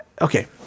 Okay